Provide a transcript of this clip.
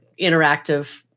interactive